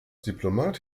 diplomat